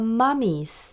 mummies